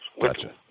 Gotcha